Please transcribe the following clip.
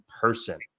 person